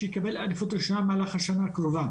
שיקבל עדיפות ראשונה במהלך השנה הקרובה